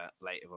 later